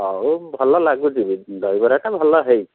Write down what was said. ହଉ ଭଲ ଲାଗୁଛି ବି ଦହିବରାଟା ଭଲ ହେଇଛି